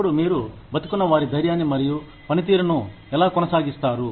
ఇప్పుడు మీరు బతికున్న వారి ధైర్యాన్ని మరియు పనితీరును ఎలా కొనసాగిస్తారు